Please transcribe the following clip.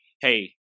hey